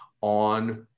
on